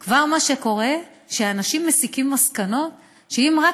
כבר, מה שקורה זה שאנשים מסיקים מסקנות, שאם רק